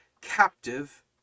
captive